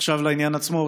עכשיו לעניין עצמו.